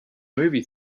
movie